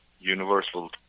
universal